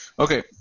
Okay